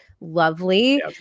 lovely